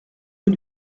rue